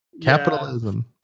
capitalism